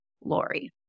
Lori